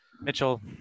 mitchell